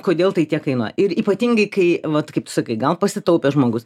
kodėl tai tiek kainuoja ir ypatingai kai vat kaip tu sakai gal pasitaupė žmogus